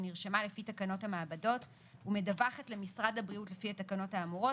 שנרשמה לפי תקנות המעבדות ומדווחת למשרד הבריאות לפי התקנות האמורות,